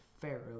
Pharaoh